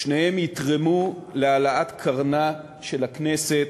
שניהם יתרמו להעלאת קרנה של הכנסת,